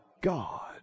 God